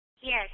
Yes